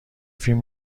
فیلم